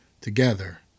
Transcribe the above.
Together